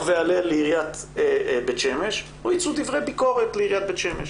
והלל לעיריית בית שמש או יצאו דברי ביקורת לעיריית בית שמש.